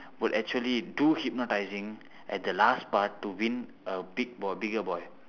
would actually do hypnotising at the last part to win a big boy bigger boy